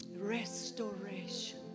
Restoration